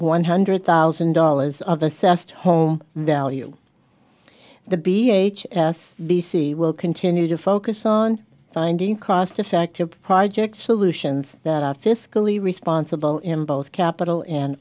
one hundred thousand dollars of assessed home value the b a h s b c will continue to focus on finding cost effective projects solutions that are fiscally responsible in both capital and